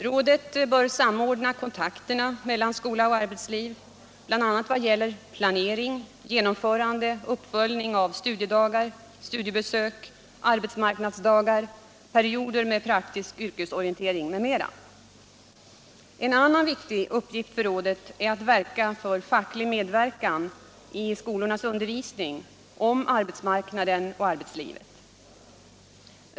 Rådet bör samordna kontakterna mellan skola och arbetsliv bl.a. vad gäller planering, genomförande och uppföljning av studiedagar, studiebesök, arbetsmarknadsdagar, perioder med praktisk yrkesorientering m.m. En annan viktig uppgift för rådet är att verka för facklig medverkan i skolornas undervisning om arbetsmarknaden och arbetslivet.